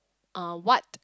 uh what